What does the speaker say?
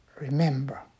Remember